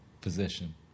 position